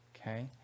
okay